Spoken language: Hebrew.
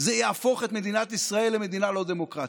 זה יהפוך את מדינת ישראל למדינה לא דמוקרטית.